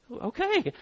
Okay